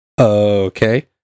Okay